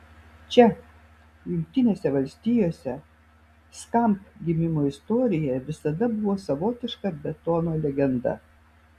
čia jungtinėse valstijose skamp gimimo istorija visada buvo savotiška betono legenda